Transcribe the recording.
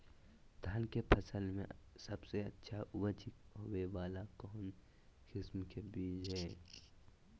धान के फसल में सबसे अच्छा उपज होबे वाला कौन किस्म के बीज हय?